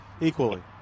equally